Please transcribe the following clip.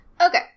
Okay